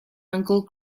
uncle